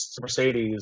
Mercedes